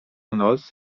noc